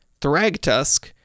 Thragtusk